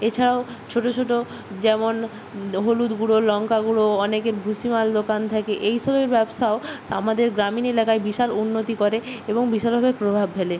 এছাড়াও ছোটো ছোটো যেমন হলুদ গুঁড়ো লঙ্কা গুঁড়ো অনেকের ভুসিমাল দোকান থাকে এই সবের ব্যবসাও স্ আমাদের গ্রামীণ এলাকায় বিশাল উন্নতি করে এবং বিশালভাবে প্রভাব ফেলে